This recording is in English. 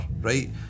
right